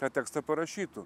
tą tekstą parašytų